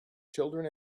children